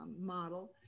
model